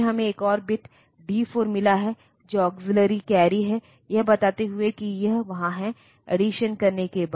फिर हमें एक और बिट डी 4 मिला है जो अक्सिल्लरी कैरी है यह बताते हुए कि यह वहाँ है अड्डीसनकरने के बाद